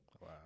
Wow